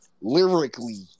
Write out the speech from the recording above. lyrically